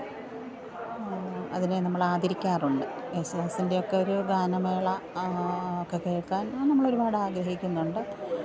അതിനെ നമ്മളാദരിക്കാറുണ്ട് യേശുദാസിൻ്റെ ഒക്കെ ഒരു ഗാനമേള ഒക്കെ കേള്ക്കാൻ നമ്മളൊരുപാടാഗ്രഹിക്കുന്നുണ്ട്